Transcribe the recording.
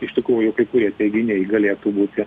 iš tikrųjų kai kurie teiginiai galėtų būti